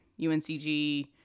UNCG